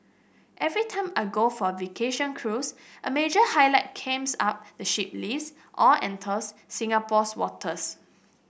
every time I go for a vacation cruise a major highlight came out the ship leaves or enters Singapore's waters